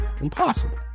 Impossible